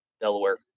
Delaware